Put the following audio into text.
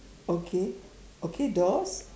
okay okay doors